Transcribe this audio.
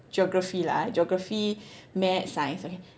geography lah geography maths science okay